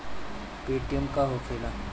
Paytm का होखेला?